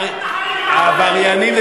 המתנחלים הם העבריינים.